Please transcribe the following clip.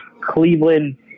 Cleveland